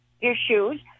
issues